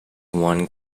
one